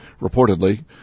reportedly